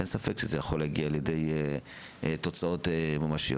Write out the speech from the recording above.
אין ספק שזה יכול להגיע לידי תוצאות ממשיות,